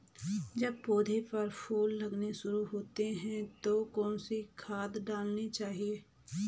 जब पौधें पर फूल लगने शुरू होते हैं तो कौन सी खाद डालनी चाहिए?